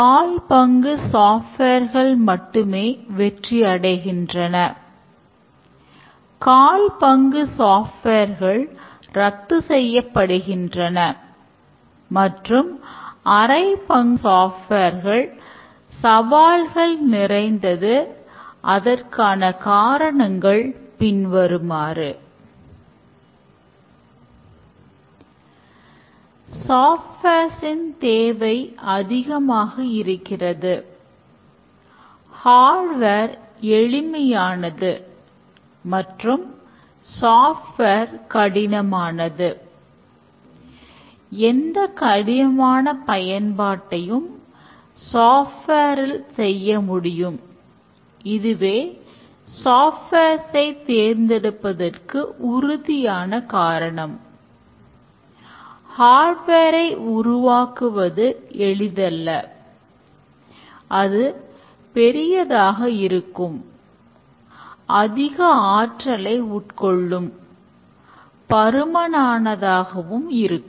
கால் பங்கு சாஃப்ட்வேர்கள் சவால்கள் நிறைந்தது அதற்கான காரணங்கள் பின்வருமாறு சாஃப்ட்வேர் ஐ உருவாக்குவது எளிதல்ல அது பெரியதாக இருக்கும் அதிக ஆற்றலை உட்கொள்ளும்பருமனானதாகவும் இருக்கும்